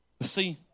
see